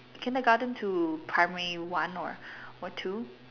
kindergarten to primary one or one two